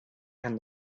and